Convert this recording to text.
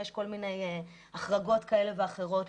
יש כל מיני החרגות כאלה ואחרות,